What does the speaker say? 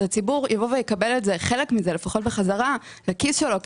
הציבור יקבל לפחות חלק מזה בחזרה לכיס שלו,